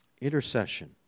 Intercession